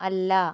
അല്ല